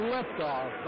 Liftoff